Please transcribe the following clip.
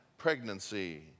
pregnancy